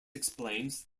explains